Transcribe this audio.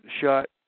shot